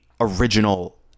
original